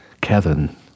kevin